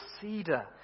cedar